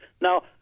Now